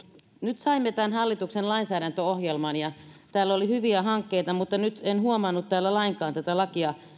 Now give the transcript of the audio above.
nyt saimme tämän hallituksen lainsäädäntöohjelman ja täällä on hyviä hankkeita mutta en huomannut täällä lainkaan tätä lakia